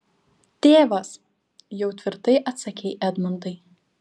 tėvas jau tvirtai atsakei edmundai